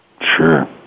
Sure